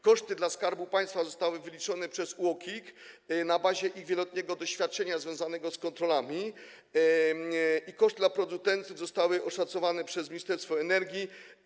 Koszty dla Skarbu Państwa zostały wyliczone przez UOKiK na bazie jego wieloletniego doświadczenia związanego z kontrolami, koszty dla producentów zostały oszacowane przez Ministerstwo Energii.